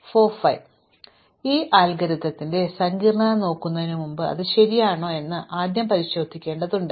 അതിനാൽ ഈ അൽഗോരിതംസിന്റെ സങ്കീർണ്ണത നോക്കുന്നതിന് മുമ്പ് അത് ശരിയാണോ എന്ന് ആദ്യം പരിശോധിക്കേണ്ടതുണ്ട്